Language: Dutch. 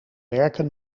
werken